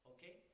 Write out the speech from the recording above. Okay